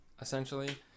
essentially